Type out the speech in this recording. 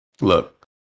look